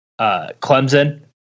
Clemson